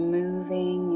moving